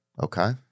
Okay